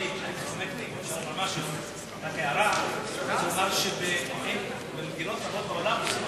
אדוני, הערה, במדינות רבות בעולם עושים